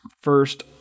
first